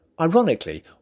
ironically